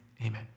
Amen